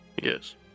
Yes